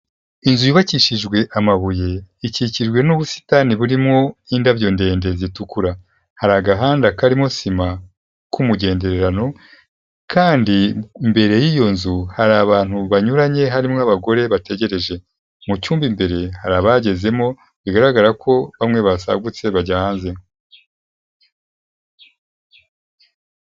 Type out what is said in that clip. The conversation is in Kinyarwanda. Inzu yubakishijwe amabuye ikikijwe n'ubusitani burimo indabyo ndende zitukura, hari agahanda karimo sima k'umugendererano kandi imbere y'iyo nzu hari abantu banyuranye harimo abagore bategereje, mu cyumba imbere hari abagezemo bigaragara ko bamwe basagutse bajya hanze.